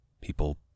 People